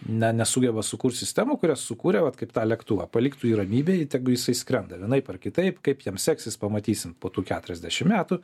na nesugeba sukurt sistemų kurias sukūrė vat kaip tą lėktuvą paliktų jį ramybėj tegu jisai skrenda vienaip ar kitaip kaip jam seksis pamatysim po tų keturiasdešimt metų